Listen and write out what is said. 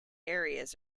areas